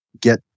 get